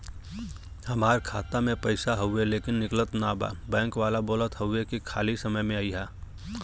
हमार खाता में पैसा हवुवे लेकिन निकलत ना बा बैंक वाला बोलत हऊवे की खाली समय में अईहा